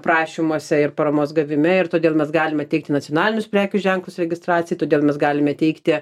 prašymuose ir paramos gavime ir todėl mes galime teikti nacionalinius prekių ženklus registracijai todėl mes galime teikti